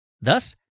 Thus